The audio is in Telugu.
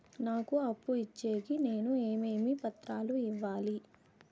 నాకు అప్పు ఇచ్చేకి నేను ఏమేమి పత్రాలు ఇవ్వాలి